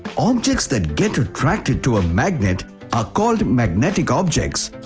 objects that get attracted to a magnet are called magnetic objects.